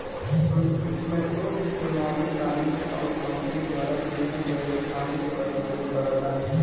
macroeconomics आदमी आउर company द्वारा किहल गयल काम के प्रभावित करला